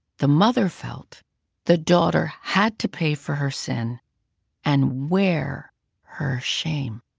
the mother felt the daughter had to pay for her sin and wear her shame.